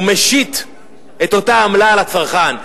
הוא משית את אותה עמלה על הצרכן.